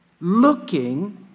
Looking